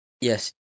yes